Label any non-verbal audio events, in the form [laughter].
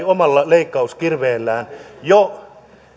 [unintelligible] omalla leikkauskirveellään jo